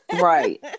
Right